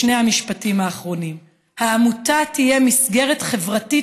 בשני המשפטים האחרונים: העמותה תהיה מסגרת חברתית